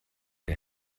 der